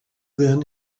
then